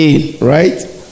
right